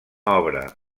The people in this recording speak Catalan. obra